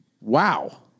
Wow